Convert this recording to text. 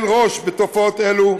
ראש בתופעות אלו.